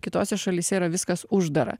kitose šalyse yra viskas uždara